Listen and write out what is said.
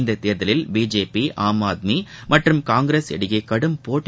இந்த தேர்தலில் பிஜேபி ஆம் ஆத்மி மற்றும் காங்கிரஸ் இடையே கடும் போட்டி